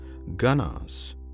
Ganas